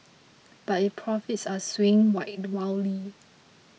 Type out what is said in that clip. but its profits are swinging wide wildly